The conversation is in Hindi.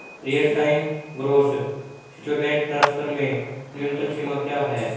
Real time gross settlement transfer में न्यूनतम सीमा क्या है?